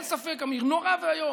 אין ספק, אמיר, נורא ואיום.